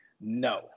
no